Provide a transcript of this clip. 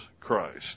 Christ